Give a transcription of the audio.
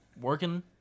working